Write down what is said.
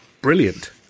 Brilliant